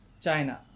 China